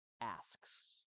asks